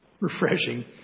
refreshing